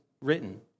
written